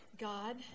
God